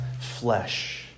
flesh